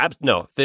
no